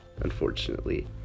unfortunately